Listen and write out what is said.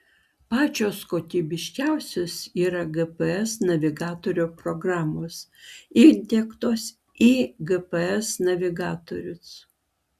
pačios kokybiškiausios yra gps navigatorių programos įdiegtos į gps navigatorius